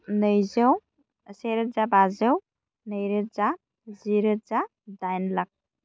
नैजौ सेरोजा बाजौ नै रोजा जि रोजा डाइन लाख